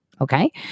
Okay